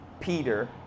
Peter